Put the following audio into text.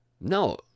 No